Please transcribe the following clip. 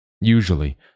Usually